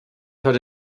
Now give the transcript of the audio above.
heute